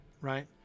right